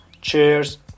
Cheers